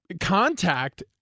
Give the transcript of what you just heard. contact